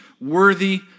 worthy